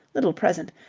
little present.